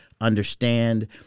Understand